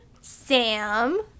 Sam